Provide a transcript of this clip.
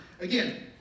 again